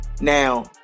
Now